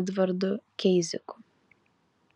edvardu keiziku